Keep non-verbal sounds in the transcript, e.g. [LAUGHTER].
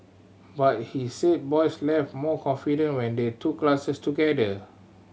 but he said boys [UNINTELLIGIBLE] more confident when they took classes together